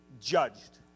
judged